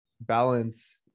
balance